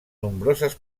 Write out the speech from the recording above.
nombroses